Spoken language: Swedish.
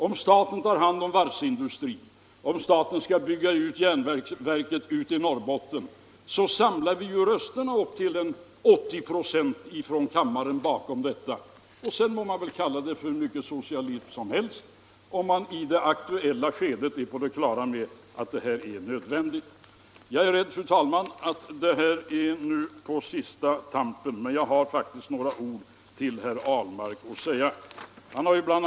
Om staten tar hand om varvsindustrin eller skall bygga ut järnverket i Norrbotten, samlar vi upp till 80 96 av rösterna i kammaren för dessa åtgärder. Man må sedan använda benämningen socialism hur mycket som helst, bara man i det avgörande skedet är på det klara med att åtgärden är nödvändig. Jag är rädd, fru talman, att jag nu är inne på sista tampen av min taletid, men jag har faktiskt några ord att säga till herr Ahlmark.